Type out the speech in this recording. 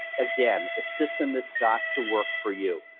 again, a system that's got to work for you.